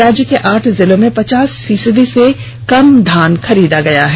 राज्य के आठ जिलों में पचास फीसदी से कम धान खरीदा गया है